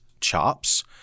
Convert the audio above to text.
chops